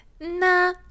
nah